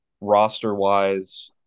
roster-wise –